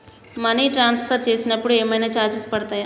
Money transfer చేసినప్పుడు ఏమైనా charges పడతయా?